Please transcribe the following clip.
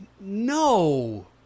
no